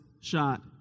shot